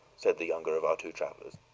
said the younger of our two travelers.